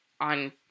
on